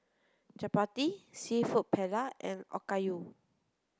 Chapati Seafood Paella and Okayu